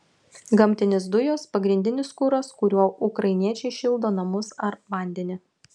gamtinės dujos pagrindinis kuras kuriuo ukrainiečiai šildo namus ar vandenį